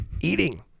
Eating